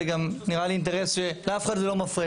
זה גם נראה לי אינטרס שלאף אחד לא מפריע,